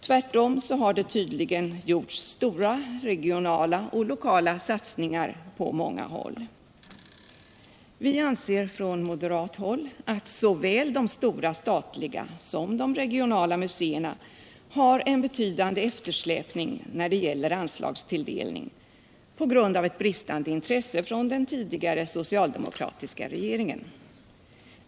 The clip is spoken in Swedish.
Tvärtom har det tydligen gjorts stora regionala och lokala satsningar. Vi anser från moderat håll att såväl de stora statliga som de regionala museerna har en betydande eftersläpning när det gäller anslagstilldelning på grund av ett bristande intresse från den tidigare socialdemokratiska regeringen.